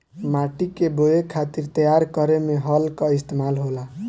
माटी के बोवे खातिर तैयार करे में हल कअ इस्तेमाल होला